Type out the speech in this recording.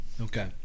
Okay